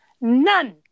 None